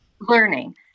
Learning